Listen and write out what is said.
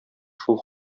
шул